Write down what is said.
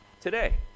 today